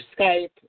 Skype